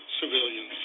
civilians